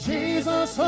Jesus